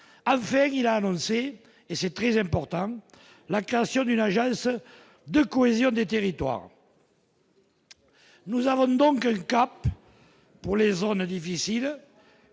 avait-il annoncé et c'est très important la création du linge à elle seule de cohésion des territoires. Nous avons donc cap pour les zones difficiles,